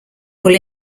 will